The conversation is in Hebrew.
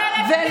את סלקטיבית.